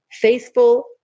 faithful